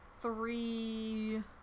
Three